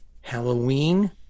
Halloween